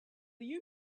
you